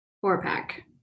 Four-pack